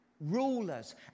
rulers